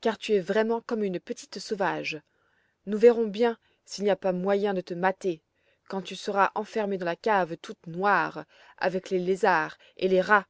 car tu es vraiment comme une petite sauvage nous verrons bien s'il n'y a pas moyen de te mater quand tu seras enfermée dans la cave toute noire avec les lézards et les rats